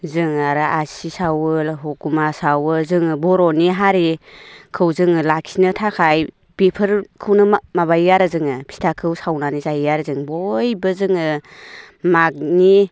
जोङो आरो आसि सावो गुमा सावो जोङो बर'नि हारिखौ जोङो लाखिनो थाखाय बेफोरखौनो माबायो आरो जोङो फिथाखौ सावनानै जायो आरो जों बयबो जोङो मागोनि